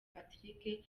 patrick